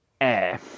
Air